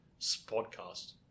Podcast